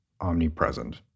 omnipresent